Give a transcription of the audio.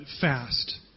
fast